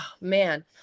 man